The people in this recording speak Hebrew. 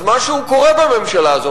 אז משהו קורה בממשלה הזו.